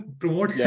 promote